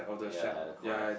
ya at the corner